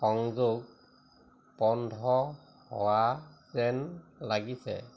সংযোগ বন্ধ হোৱা যেন লাগিছে